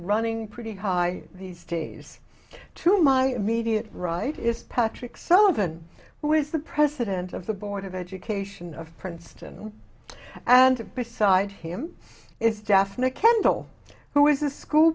running pretty high these days to my immediate right is patrick sullivan who is the president of the board of education of princeton and beside him is daphna kendall who is the school